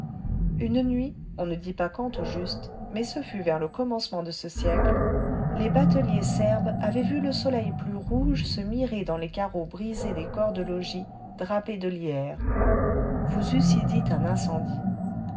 une nuit on ne dit pas quand au juste mais ce fut vers le commencement de ce siècle les bateliers serbes avaient vu le soleil plus rouge se mirer dans les carreaux brisés des corps de logis drapés de lierre vous eussiez dit un incendie